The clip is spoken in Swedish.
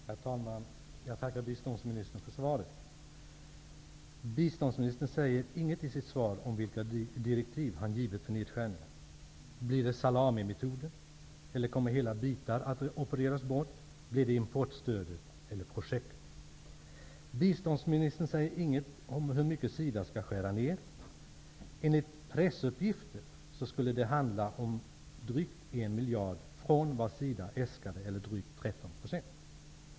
Herr talman! Jag tackar biståndsministern för svaret. Biståndsministern säger ingenting i sitt svar om vilka direktiv han givit för nedskärningarna. Blir de salamimetoden eller kommer hela bitar att opereras bort, och blir det i så fall importstödet eller olika projekt? Biståndministern säger ingenting om hur mycket SIDA skall skära ner. Enligt pressuppgifter handlar det om drygt en miljard mindre än vad SIDA äskade, eller drygt 13 %.